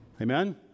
Amen